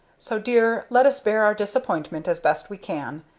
so, dear, let us bear our disappointment as best we can,